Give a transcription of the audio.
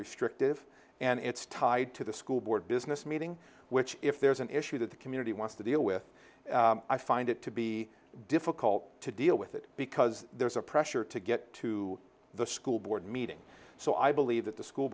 restrictive and it's tied to the school board business meeting which if there's an issue that the community wants to deal with i find it to be difficult to deal with it because there's a pressure to get to the school board meeting so i believe that the school